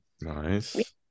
nice